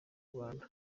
rwanda